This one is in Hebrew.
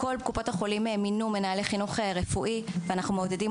כל קופות החולים מינו מנהלי חינוך רפואי ואנחנו מעודדים